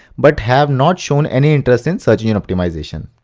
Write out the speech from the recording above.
but have not shown any interest in search engine optimization.